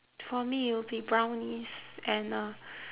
for me it would be brownies and uh